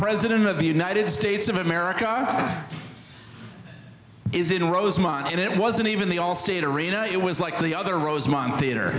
president of the united states of america is in rosemont it wasn't even the allstate arena it was like the other rosemont theatre